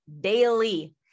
daily